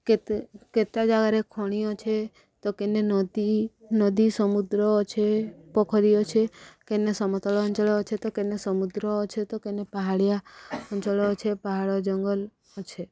କେତେ କେତେ ଜାଗାରେ ଖଣି ଅଛେ ତ କେନେ ନଦୀ ନଦୀ ସମୁଦ୍ର ଅଛେ ପୋଖରୀ ଅଛେ କେନେ ସମତଳ ଅଞ୍ଚଳ ଅଛେ ତ କେନେ ସମୁଦ୍ର ଅଛେ ତ କେନେ ପାହାଡ଼ିଆ ଅଞ୍ଚଳ ଅଛେ ପାହାଡ଼ ଜଙ୍ଗଲ ଅଛେ